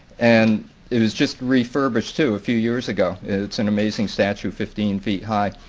and it was just refurbished too, a few years ago. it's an amazing statue fifteen feet high.